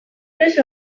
noiz